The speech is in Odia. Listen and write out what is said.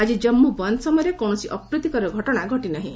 ଆଜି ଜାମ୍ମୁ ବନ୍ଦ ସମୟରେ କୌଣସି ଅପ୍ରୀତିକର ଘଟଣା ଘଟିନାହିଁ